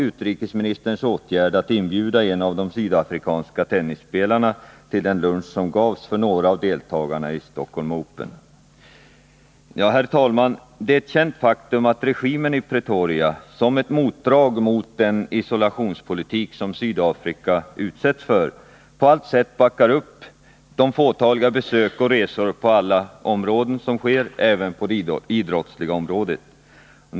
Utrikesministerns åtgärd att inbjuda en av de sydafrikanska tennisspelarna till den lunch som gavs för några av deltagarna i Stockholm Open anser jag också stå i strid med FN-resolutionen. Herr talman! Det är ett känt faktum att regimen i Pretoria som ett motdrag mot den isolationspolitik som Sydafrika utsätts för, på allt sätt backar upp de fåtaliga besök och resor som görs av sydafrikaner inom olika områden, och det gäller även det idrottsliga området.